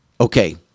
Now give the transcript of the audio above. okay